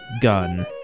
gun